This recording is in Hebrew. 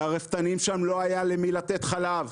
לרפתנים שם לא היה למי לתת חלב.